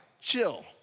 chill